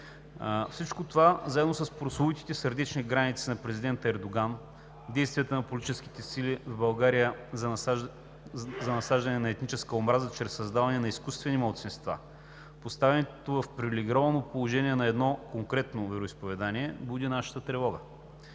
Всичко това, заедно с прословутите „сърдечни“ граници на президента Ердоган, действията на политическите сили в България за насаждане на етническа омраза чрез създаване на изкуствени малцинства, поставянето в привилегировано положение на едно конкретно вероизповедание, буди нашата тревога.